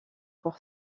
pour